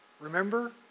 Remember